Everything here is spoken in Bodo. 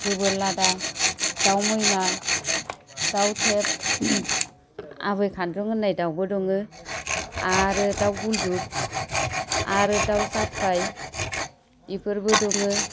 गोबोरलादा दाउ मैना दाउ थेब आबै खानजं होन्नाय दाउबो दङो आरो दाउ गुलदुब आरो दाउ जाफाय बेफोरबो दङो